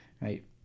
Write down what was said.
right